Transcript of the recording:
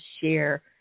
share